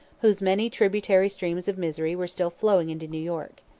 whose many tributary streams of misery were still flowing into new york.